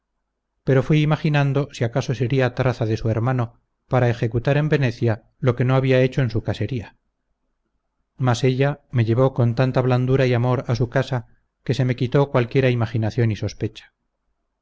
pero fui imaginando si acaso sería traza de su hermano para ejecutar en venecia lo que no había hecho en su casería mas ella me llevó con tanta blandura y amor a su casa que se me quitó cualquiera imaginación y sospecha